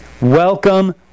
Welcome